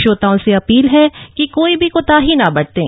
श्रोताओं से अपील है कि कोई भी कोताही न बरतें